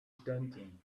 daunting